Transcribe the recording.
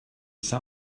sat